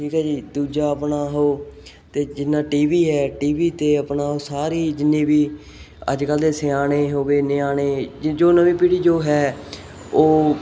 ਠੀਕ ਹੈ ਜੀ ਦੂਜਾ ਆਪਣਾ ਉਹ ਅਤੇ ਜਿੰਨਾ ਟੀ ਵੀ ਹੈ ਟੀ ਵੀ 'ਤੇ ਆਪਣਾ ਸਾਰੀ ਜਿੰਨੇ ਵੀ ਅੱਜ ਕੱਲ੍ਹ ਦੇ ਸਿਆਣੇ ਹੋ ਗਏ ਨਿਆਣੇ ਜੋ ਨਵੀਂ ਪੀੜ੍ਹੀ ਜੋ ਹੈ ਉਹ